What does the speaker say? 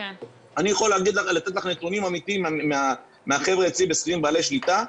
אני יכול לתת לך נתונים אמיתיים מהחבר'ה אצלי בשכירים בעלי שליטה,